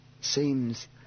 seems